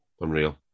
Unreal